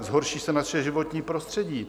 Zhorší se naše životní prostředí.